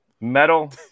Metal